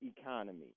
economy